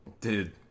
Dude